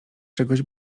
czegoś